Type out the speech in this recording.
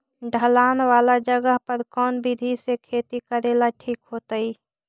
ढलान वाला जगह पर कौन विधी से खेती करेला ठिक होतइ?